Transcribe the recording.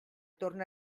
torna